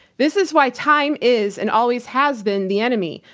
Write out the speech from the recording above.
this is why time is and always has been the enemy,